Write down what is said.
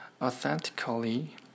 Authentically